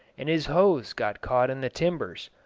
and his hose got caught in the timbers.